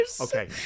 Okay